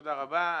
תודה רבה.